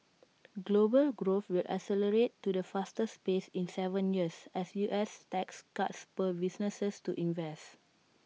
global growth will accelerate to the fastest pace in Seven years as U S tax cuts spur businesses to invest